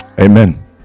Amen